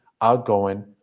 outgoing